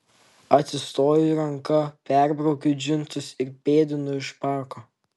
atsistoju ranka perbraukiu džinsus ir pėdinu iš parko